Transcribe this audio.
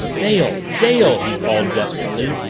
dale! dale! he called desperately,